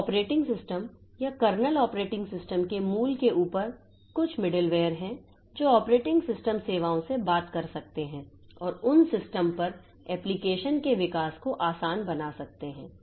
तो operating system या kernel operating system के मूल के ऊपर कुछ मिडलवेयर हैं जो ऑपरेटिंग सिस्टम सेवाओं से बात कर सकते हैं और उन सिस्टम पर एप्लिकेशन के विकास को आसान बना सकते हैं